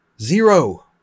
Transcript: zero